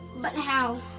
but how?